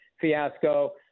fiasco